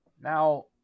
Now